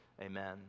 amen